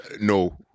no